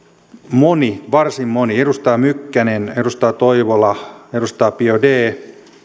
moni varsin moni edustaja mykkänen edustaja toivola edustaja biaudet